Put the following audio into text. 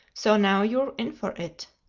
so now you're in for it.